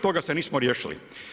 Toga se nismo riješili.